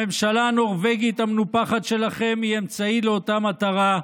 הממשלה הנורבגית המנופחת שלכם היא אמצעי לאותה מטרה,